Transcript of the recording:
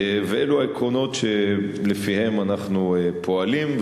ואלו העקרונות שלפיהם אנחנו פועלים,